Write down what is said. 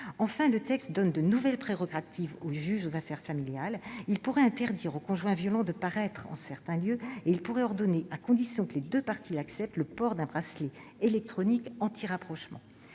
Enfin, le texte donne de nouvelles prérogatives au juge aux affaires familiales : ce magistrat pourrait interdire au conjoint violent de paraître en certains lieux et ordonner, à condition que les deux parties l'acceptent, le port d'un bracelet électronique anti-rapprochement.